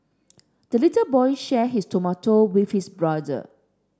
the little boy shared his tomato with his brother